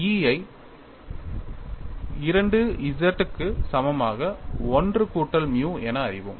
E ஐ 2 G க்கு சமமாக 1 கூட்டல் மியூ என அறிவோம்